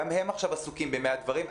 גם הם עכשיו עסוקים במאה דברים.